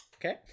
Okay